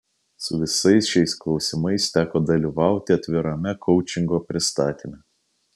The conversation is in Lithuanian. su visais šiais klausimais teko dalyvauti atvirame koučingo pristatyme